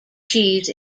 cheese